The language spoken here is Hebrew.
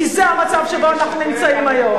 כי זה המצב שבו אנחנו נמצאים היום.